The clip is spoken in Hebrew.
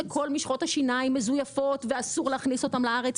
שכל משחות השיניים מזויפות ואסור להכניס אותן לארץ,